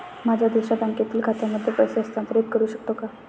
माझ्या दुसऱ्या बँकेतील खात्यामध्ये पैसे हस्तांतरित करू शकतो का?